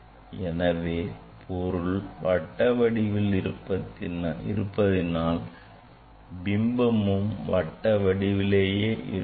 எனவே பொருள் வட்ட வடிவில் இருப்பதினால் பிம்பமும் கட்டாயம் வட்ட வடிவிலேயே இருக்கும்